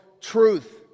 truth